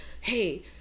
hey